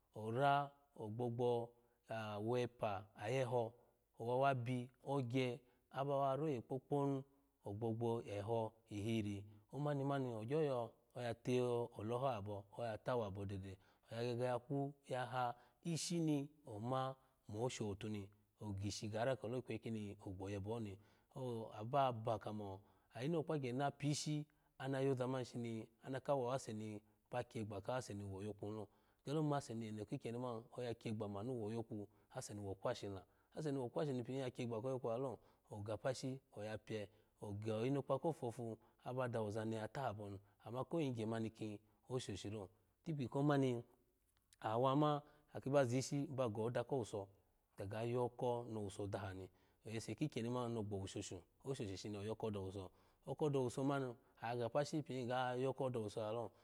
Ara ogbogbo awepa ayeho owa wa bi ogye aba wa roye kpokponu ogbogbo eho iri amani man ogyo yo oya toleho abo oya tawo abo dede oya gege ya ku ya ha ishi ni oma mo oshotu ni ogishi gara keloo ikweyi kini ogbo yebeho hi so aba ba kamo ayine okpagye na pishi ana yozamani shini anakawa waseni ba kyegba kawaseni wo oyokuni lo gyolo mase ni eno kikyeni kawaseni wo oyoku ni lo gyolo mase ni eno kikyeni man oya kiyegba manu wo oyuku aseni wo kwashi ni la aseni wo kwashi ni pin ya kyegba koyo alo oga pashi oya pye ogo inokpa ko fofu aba dawo ozani ya tabo ni ama ko yingye mani kin oshoshilo itikpi komani aha wama aki ba zishi ba go oda ko bowuso gaga yoko nowuso dahani oyese kikyeni man ni ogbowu shashu oshoshi shini oyoko dowosu oko dowuso mani oya ga pashi pin ga yoko douse lalo.